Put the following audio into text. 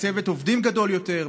בצוות עובדים גדול יותר,